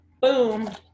Boom